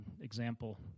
example